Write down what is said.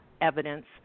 evidence